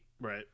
Right